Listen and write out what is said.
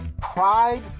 Pride